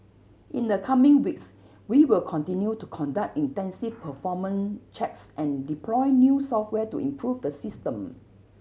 in the coming weeks we will continue to conduct intensive performance checks and deploy new software to improve the system